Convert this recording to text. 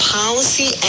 policy